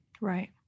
Right